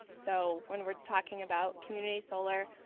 so when we're talking about community solar,